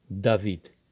David